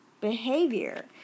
behavior